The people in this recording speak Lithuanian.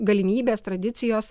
galimybės tradicijos